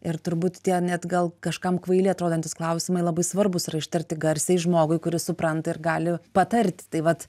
ir turbūt tie net gal kažkam kvaili atrodantys klausimai labai svarbūs yra ištarti garsiai žmogui kuris supranta ir gali patarti tai vat